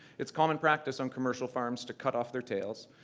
it's common practice on commercial farms to cut off their tails.